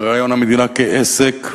ברעיון המדינה כעסק,